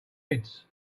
heads